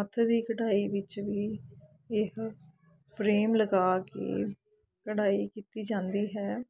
ਹੱਥ ਦੀ ਕਢਾਈ ਵਿੱਚ ਵੀ ਇਹ ਫਰੇਮ ਲਗਾ ਕੇ ਕਢਾਈ ਕੀਤੀ ਜਾਂਦੀ ਹੈ